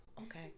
Okay